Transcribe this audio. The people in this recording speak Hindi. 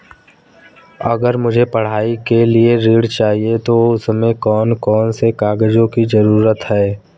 अगर मुझे पढ़ाई के लिए ऋण चाहिए तो उसमें कौन कौन से कागजों की जरूरत पड़ेगी?